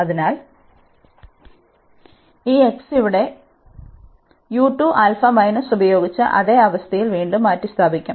അതിനാൽ ഈ x ഇവിടെ മൈനസ് ഉപയോഗിച്ച് അതേ അവസ്ഥയിൽ വീണ്ടും മാറ്റിസ്ഥാപിക്കും